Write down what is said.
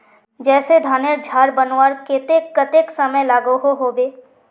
जैसे धानेर झार बनवार केते कतेक समय लागोहो होबे?